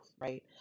right